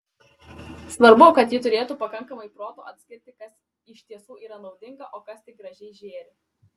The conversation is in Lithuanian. svarbu kad ji turėtų pakankamai proto atskirti kas iš tiesų yra naudinga o kas tik gražiai žėri